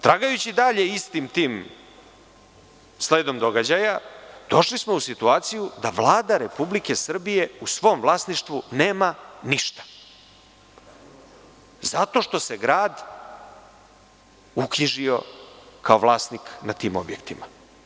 Tragajući dalje istim tim sledom događaja, došli smo u situaciju da Vlada Republike Srbije u svom vlasništvu nema ništa zato što se Grad uknjižio kao vlasnik nad tim objektima.